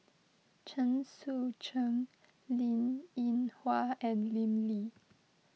Chen Sucheng Linn in Hua and Lim Lee